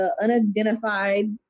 unidentified